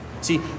See